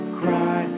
cry